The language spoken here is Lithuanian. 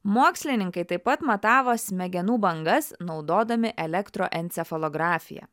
mokslininkai taip pat matavo smegenų bangas naudodami elektro encefalografiją